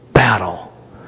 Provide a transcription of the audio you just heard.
Battle